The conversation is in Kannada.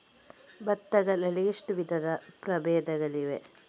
ಭತ್ತ ಗಳಲ್ಲಿ ಎಷ್ಟು ವಿಧದ ಪ್ರಬೇಧಗಳಿವೆ?